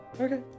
Okay